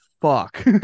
fuck